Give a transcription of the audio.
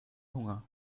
hunger